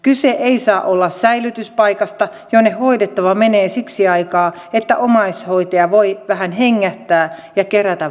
kyse ei saa olla säilytyspaikasta jonne hoidettava menee siksi aikaa että omaishoitaja voi vähän hengähtää ja kerätä voimia